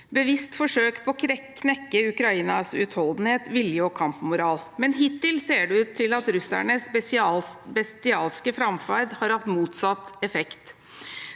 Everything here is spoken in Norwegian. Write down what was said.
bevisst forsøk på å knekke Ukrainas utholdenhet, vilje og kampmoral, men hittil ser det ut til at russernes bestialske framferd har hatt motsatt effekt.